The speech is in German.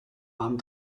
arm